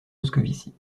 moscovici